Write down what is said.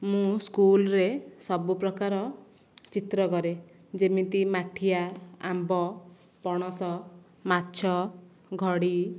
ମୁଁ ସ୍କୁଲରେ ସବୁ ପ୍କାର ଚିତ୍ର କରେ ଯେମିତି ମାଠିଆ ଆମ୍ବ ପଣସ ମାଛ ଘଡ଼ି